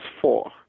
four